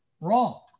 wrong